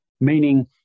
Meaning